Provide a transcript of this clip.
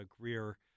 Greer